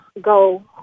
go